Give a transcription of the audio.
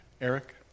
Eric